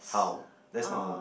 how that's not a